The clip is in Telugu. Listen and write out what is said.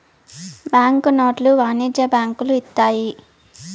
బ్యాంక్ నోట్లు వాణిజ్య బ్యాంకులు ఇత్తాయి